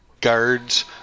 Guards